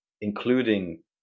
including